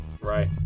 right